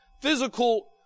physical